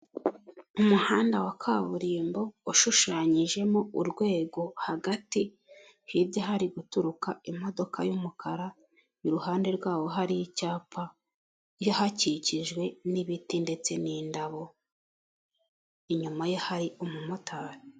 Umuhanda wa kaburimbo washushanyijemo urwego hagati, hirya hari guturuka imodoka y'umukara iruhande rwawo hari icyapa, hakikijwe n'ibiti ndetse n'indabo, inyuma ye hari umumotari.